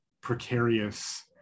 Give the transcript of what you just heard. precarious